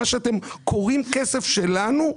מה שאתם קוראים כסף שלנו,